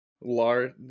large